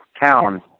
town